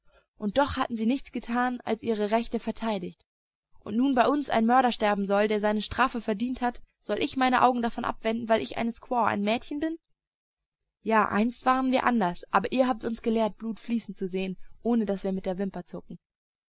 und doch hatten sie nichts getan als ihre rechte verteidigt und nun bei uns ein mörder sterben soll der seine strafe verdient hat soll ich meine augen davon abwenden weil ich eine squaw ein mädchen bin ja einst waren wir anders aber ihr habt uns gelehrt blut fließen zu sehen ohne daß wir mit der wimper zucken